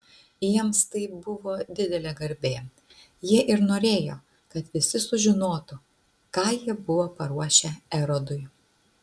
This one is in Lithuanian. jiems tai buvo didelė garbė jie ir norėjo kad visi sužinotų ką jie buvo paruošę erodui